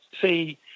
see